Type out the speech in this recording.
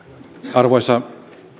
arvoisa